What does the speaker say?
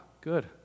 good